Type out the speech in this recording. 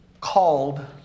called